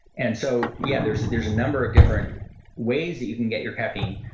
and so yeah, there's there's a number of different ways that you can get your caffeine.